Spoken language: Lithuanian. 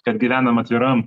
kad gyvenam atviram